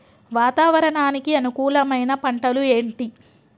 వాతావరణానికి అనుకూలమైన పంటలు ఏంటి?